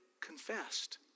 confessed